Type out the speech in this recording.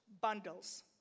bundles